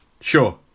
Sure